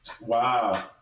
wow